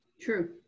True